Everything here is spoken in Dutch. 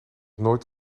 nooit